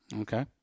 Okay